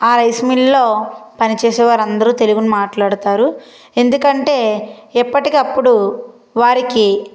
ఆ రైస్ మిల్లులో పనిచేసే వారందరు తెలుగు మాట్లాడతారు ఎందుకంటే ఎప్పటికప్పుడు వారికి